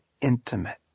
intimate